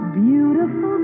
beautiful